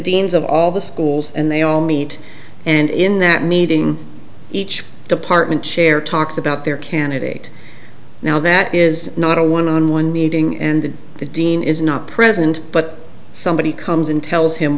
deans of all the schools and they all meet and in that meeting each department chair talks about their candidate now that is not a one on one meeting and the dean is not present but somebody comes and tells him